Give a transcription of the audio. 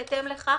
בהתאם לכך,